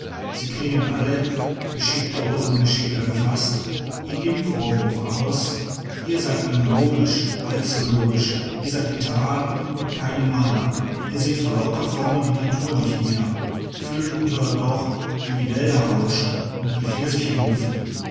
sie klingen alle geschickter oder ungeschickter gefaßt in dem vorwurf aus ihr seid alle logisch allzulogisch ihr seid literaten keine maler ihr seht vor lauter formen die natur nicht mehr fühlt und hört doch wie die wälder rauschen und die pfirsiche duften